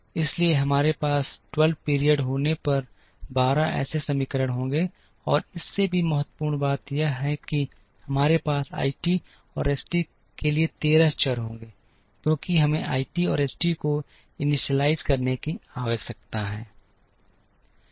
इसलिए हमारे पास 12 पीरियड होने पर 12 ऐसे समीकरण होंगे और इससे भी महत्वपूर्ण बात यह है कि हमारे पास I t और S t के लिए तेरह चर होंगे क्योंकि हमें I t और S t को इनिशियलाइज़ करने की आवश्यकता है